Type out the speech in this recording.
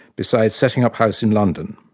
besides setting up house in london.